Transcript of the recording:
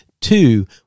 Two